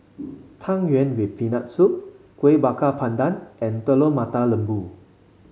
Tang Yuen with Peanut Soup Kuih Bakar Pandan and Telur Mata Lembu